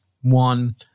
One